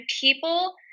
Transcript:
people